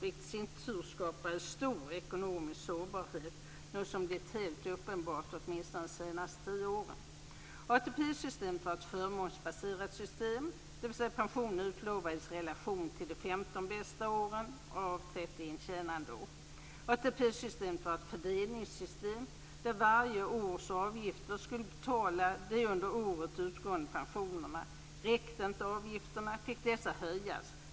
Det skapade i sin tur stor ekonomisk sårbarhet, något som blivit helt uppenbart åtminstone under de senaste tio åren. ATP-systemet var ett fördelningssystem där varje års avgifter skulle betala de under året utgående pensionerna. Räckte inte avgifterna fick dessa höjas.